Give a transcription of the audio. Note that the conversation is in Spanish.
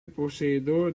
poseedor